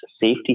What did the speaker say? safety